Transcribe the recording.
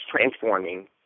transforming